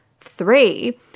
three